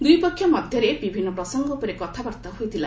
ଦୁଇ ପକ୍ଷ ମଧ୍ୟରେ ବିଭିନ୍ନ ପ୍ରସଙ୍ଗ ଉପରେ କଥାବାର୍ତ୍ତା ହୋଇଥିଲା